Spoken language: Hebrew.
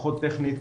פחות טכנית,